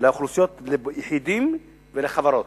ליחידים ולחברות.